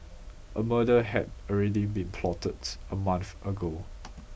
a murder had already been plotted a month ago